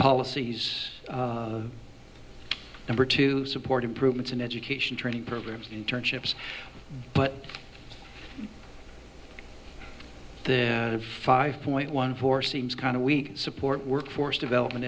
policies number two support improvements in education training programs internships but the five point one four seems kind of we support workforce development